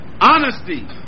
Honesty